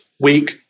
Week